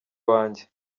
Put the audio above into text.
wanjye